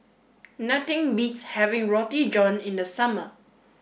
nothing beats having Roti John in the summer